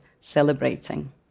celebrating